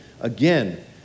again